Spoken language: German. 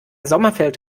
sommerfeld